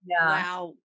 Wow